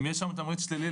אם יש לנו תמריץ שלילי,